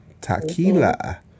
tequila